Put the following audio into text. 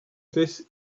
this